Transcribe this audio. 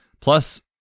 plus